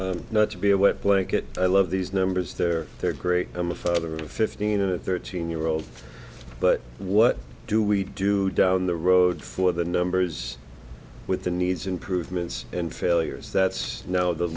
say not to be a wet blanket i love these numbers they're they're great i'm a father of fifteen a thirteen year old but what do we do down the road for the numbers with the needs improvements and failures that's